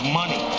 money